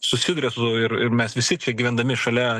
susiduria su ir mes visi čia gyvendami šalia